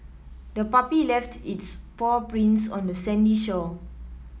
the puppy left its paw prints on the sandy shore